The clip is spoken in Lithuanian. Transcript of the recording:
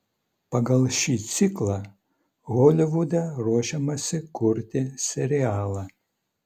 pagal šį ciklą holivude ruošiamasi kurti serialą